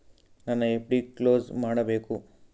ನನ್ನ FD close ಮಾಡಬೇಕು